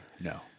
No